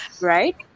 right